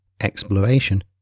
exploration